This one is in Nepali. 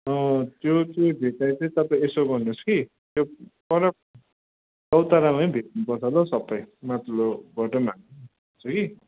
तपाईँ भेट्दा चाहिँ यसो गर्नुहोस् कि त्यो परको चौतारामा भेट्नुपर्छ होला हौ सबै माथिलो बाटोमा हामी भेट्छ कि